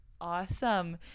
awesome